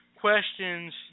questions